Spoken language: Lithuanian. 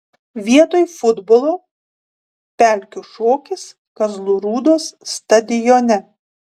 vietoj futbolo pelkių šokis kazlų rūdos stadione